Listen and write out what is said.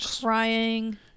crying